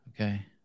Okay